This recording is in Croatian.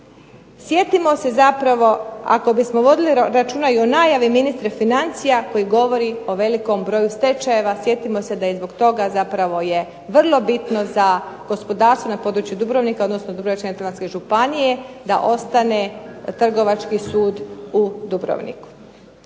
Sjetimo se zapravo ako bismo vodili računa i o najavi ministra financija koji govori o velikom broju stečajeva, sjetimo se da i zbog toga zapravo je vrlo bitno za gospodarstvo na području Dubrovnika, odnosno Dubrovačko-neretvanske županije da ostane Trgovački sud u Dubrovniku.